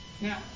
Now